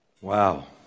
Wow